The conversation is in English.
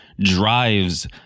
drives